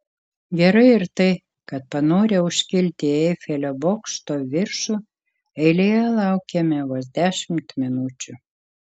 gerai ir tai kad panorę užkilti į eifelio bokšto viršų eilėje laukėme vos dešimt minučių